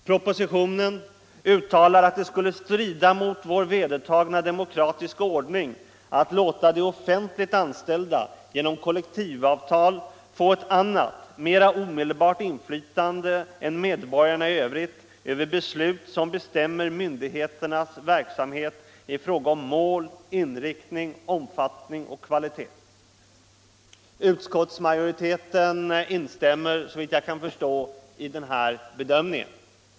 Propositionen uttalar att det skulle strida mot vår vedertagna demokratiska ordning att låta de offentligt anställda genom kollektivavtal få ett annat, mera omedelbart inflytande än medborgarna i övrigt över beslut som bestämmer myndigheternas verksamhet i fråga om mål, inriktning, omfattning och kvalitet. Utskottsmajoriteten instämmer, såvitt jag kan förstå, i denna bedömning.